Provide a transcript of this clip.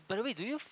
by the way do you